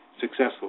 successful